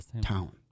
town